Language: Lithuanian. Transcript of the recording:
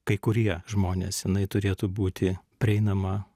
kai kurie žmonės jinai turėtų būti prieinama